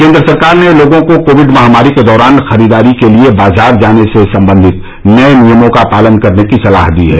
केन्द्र सरकार ने लोगों को कोविड महामारी के दौरान खरीदारी के लिए बाजार जाने से संबंधित नये नियमों का पालन करने की सलाह दी है